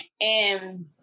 And-